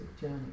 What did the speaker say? journey